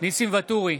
ניסים ואטורי,